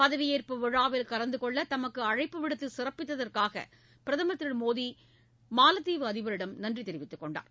பதவியேற்பு விழாவில் கலந்துகொள்ள தமக்கு அழைப்பு விடுத்து சிறப்பித்ததற்காக பிரதமர் திரு மோடி மாலத்தீவு அதிபரிடம் நன்றி தெரிவித்துக் கொண்டார்